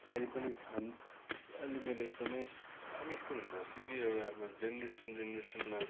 अहिले पनि छन् अहिले मेरो एकदमै अब यस्तो हुँदोरहेछ कि एउटा जेनरेसन जेनरेसनमा